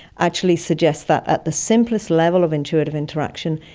actually suggests that at the simplest level of intuitive interaction,